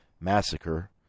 massacre